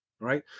right